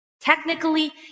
technically